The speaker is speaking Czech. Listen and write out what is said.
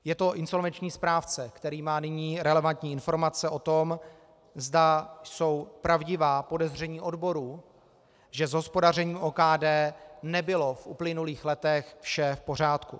Je to insolvenční správce, který má nyní relevantní informace o tom, zda jsou pravdivá podezření odborů, že s hospodařením OKD nebylo v uplynulých letech vše v pořádku.